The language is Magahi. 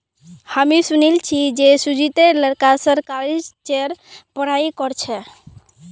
हामी सुनिल छि जे सुजीतेर लड़का सेरीकल्चरेर पढ़ाई कर छेक